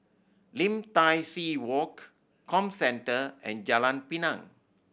Lim Tai See Walk Comcentre and Jalan Pinang